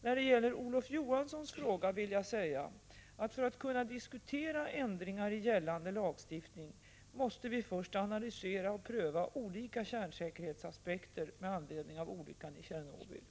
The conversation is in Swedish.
När det gäller Olof Johanssons fråga vill jag säga att för att kunna diskutera ändringar i gällande lagstiftning måste vi först analysera och pröva olika kärnsäkerhetsaspekter med anledning av olyckan i Tjernobyl.